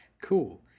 cool